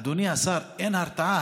אדוני השר, אין הרתעה.